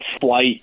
flight